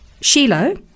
Shiloh